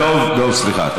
דב, סליחה.